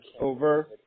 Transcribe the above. over